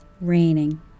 raining